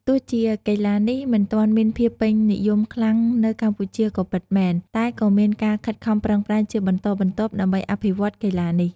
ទោះជាកីទ្បានេះមិនទាន់មានភាពពេញនិយមខ្លាំងនៅកម្ពុជាក៏ពិតមែន តែក៏មានការខិតខំប្រឹងប្រែងជាបន្តបន្ទាប់ ដើម្បីអភិវឌ្ឍកីឡានេះ។